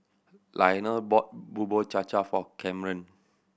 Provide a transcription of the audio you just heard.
Lionel bought Bubur Cha Cha for Camren